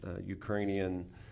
Ukrainian